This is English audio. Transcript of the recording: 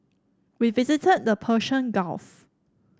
we visited the Persian Gulf